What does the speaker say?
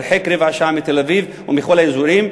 מרוחק רבע שעה מתל-אביב ומכל האזורים,